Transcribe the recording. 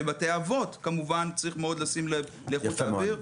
בבתי אבות צריך מאוד לשים לב לאיכות האוויר.